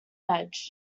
edge